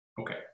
okay